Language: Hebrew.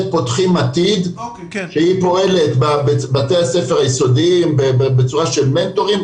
'פותחים עתיד' שפועלת בבתי הספר היסודיים בצורה של מנטורים,